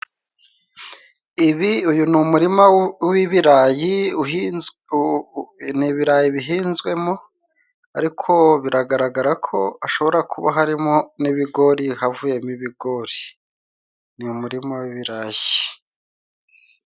Ibi uyu ni umurima w'ibirayi, ni ibirayi bihinzwemo ariko biragaragara ko hashobora kuba harimo n'ibigori, havuyemo ibigori, ni umurima w'ibirayi.